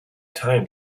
time